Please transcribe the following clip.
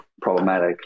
problematic